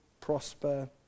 prosper